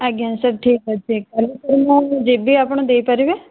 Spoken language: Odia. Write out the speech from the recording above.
ଆଜ୍ଞା ସାର୍ ଠିକ ଅଛି କାଲି ସାର୍ ମୁଁ ଯିବି ଆପଣ ଦେଇପାରିବେ